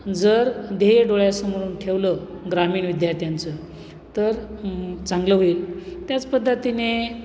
जर ध्येय डोळ्यासमोरून ठेवलं ग्रामीण विद्यार्थ्यांचं तर चांगलं होईल त्याच पद्धतीने